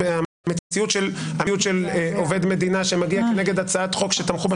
המציאות של עובד מדינה שמגיע נגד הצעת החוק שתמכו בה